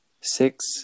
Six